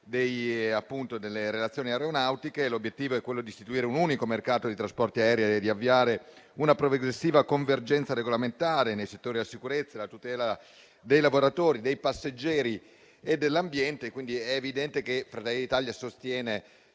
delle relazioni aeronautiche. L'obiettivo è quello di istituire un unico mercato dei trasporti aerei e di avviare una progressiva convergenza regolamentare nei settori della sicurezza, della tutela dei lavoratori, dei passeggeri e dell'ambiente. È quindi evidente che Fratelli d'Italia sostiene